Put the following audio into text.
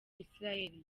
israel